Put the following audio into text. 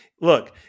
look